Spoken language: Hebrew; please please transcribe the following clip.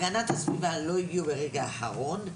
הגנת הסביבה לא הגיעו ברגע האחרון.